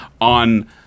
on